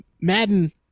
Madden